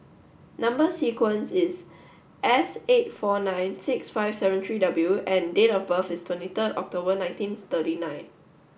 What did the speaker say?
number sequence is S eight four nine six five seven three W and date of birth is twenty third October nineteen thirty nine